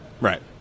Right